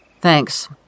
Thanks